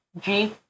G-